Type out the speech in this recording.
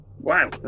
Wow